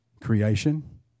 Creation